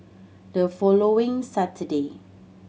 the following Saturday